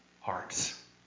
hearts